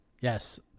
Yes